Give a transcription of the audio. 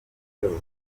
byose